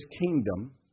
kingdom